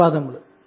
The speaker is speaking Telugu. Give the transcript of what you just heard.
ధన్యవాదములు